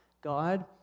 God